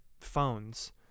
phones